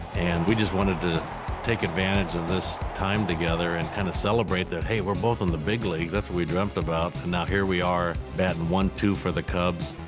and we just wanted to take advantage of this time together and kind and of celebrate that, hey, we're both in the big leagues. that's what we dreamt about, and now here we are batting one-two for the cubs.